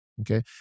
Okay